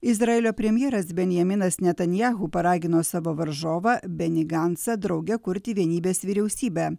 izraelio premjeras benjaminas netanyahu paragino savo varžovą benį gancą drauge kurti vienybės vyriausybę